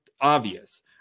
obvious